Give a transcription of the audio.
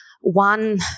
one